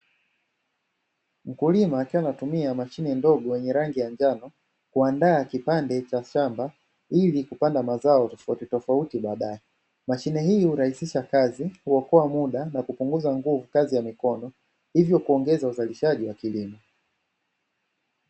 Mkulima akiwa anatumia mashine ndogo yenye rangi ya njano, kuandaa kipande cha shamba, ili kupanda mazao tofautitofauti baadae. Mashine hii hurahisisha kazi, huokoa muda na kuunguza nguvu kazi ya mikono, hivyo kuongeza uzalishaji wa kilimo.